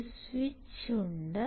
ഒരു സ്വിച്ച് ഉണ്ട്